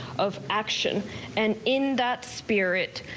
of action and in that spirit.